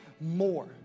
more